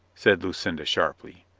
said lucinda sharply.